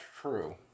true